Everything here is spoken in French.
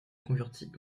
convertit